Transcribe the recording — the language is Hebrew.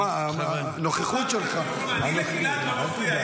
הנוכחות שלך --- אני לגלעד לא מפריע,